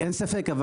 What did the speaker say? ספק.